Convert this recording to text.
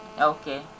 Okay